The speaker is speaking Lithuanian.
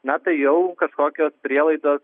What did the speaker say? na tai jau kažkokios prielaidos